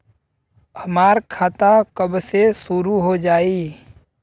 हमार खाता कब से शूरू हो जाई?